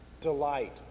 Delight